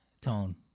Tone